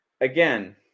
again